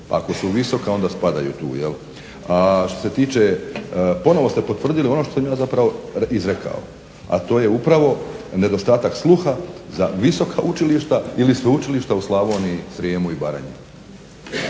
Ako su visoka onda spadaju tu, jel'? Što se tiče ponovno ste potvrdili ono što sam ja zapravo izrekao, a to je upravo nedostatak sluha za visoka učilišta ili sveučilišta u Slavoniji, Srijemu i Baranji.